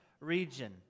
region